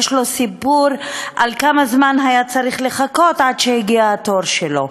יש לו סיפור על כמה זמן היה צריך לחכות עד שהגיע התור שלו,